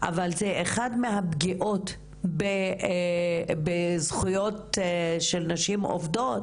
אבל זו אחת מהפגיעות בזכויות של נשים עובדות